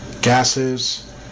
gases